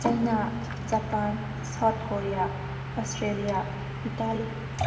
China Japan South Korea Australia Italy